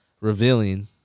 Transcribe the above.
revealing